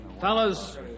Fellas